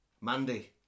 Mandy